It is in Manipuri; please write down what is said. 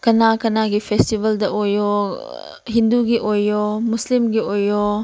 ꯀꯅꯥ ꯀꯅꯥꯒꯤ ꯐꯦꯁꯇꯤꯕꯦꯜꯗ ꯑꯣꯏꯌꯣ ꯍꯤꯟꯗꯨꯒꯤ ꯑꯣꯏꯌꯣ ꯃꯨꯁꯂꯤꯝꯒꯤ ꯑꯣꯏꯌꯣ